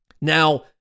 Now